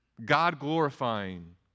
God-glorifying